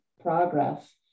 progress